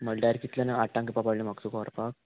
म्हळ्यार कितल्यांक आटांक येवपा पडलें म्हाका तुका व्हरपाक